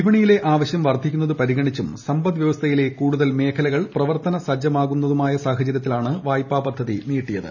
വിപണിയിലെ ആവശ്യം വർദ്ധിക്കുന്നിത് പ്രിഗണിച്ചും സമ്പദ് വ്യവസ്ഥയിലെ കൂടുതൽ മേഖലൂക്ട്ൾ പ്രവർത്തന സജ്ജമായ സാഹചര്യത്തിലുമാണ് വായ്പാട്ടു പദ്ചതി നീട്ടിയത്